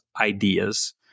ideas